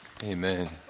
Amen